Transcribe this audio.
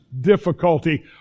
difficulty